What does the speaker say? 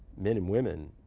men and women,